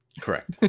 Correct